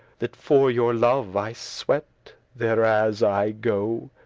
that for your love i sweat there as i go.